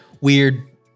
weird